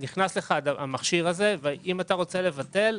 נכנס לך המכשיר הזה ואם אתה רוצה לבטל,